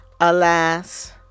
Alas